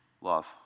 love